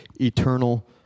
eternal